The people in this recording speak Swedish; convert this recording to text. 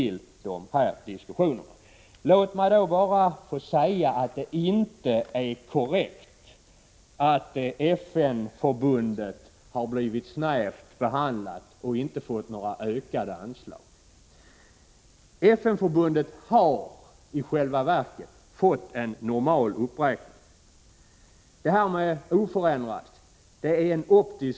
Låt mig då bara få säga att det inte är korrekt att FN-förbundet har blivit snävt behandlat och inte fått ökade anslag. FN-förbundet har i själva verket fått en normal uppräkning. Att det tycks som om beloppet är oförändrat beror på en synvilla.